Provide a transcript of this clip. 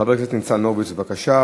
חבר הכנסת ניצן הורוביץ, בבקשה.